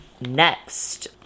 Next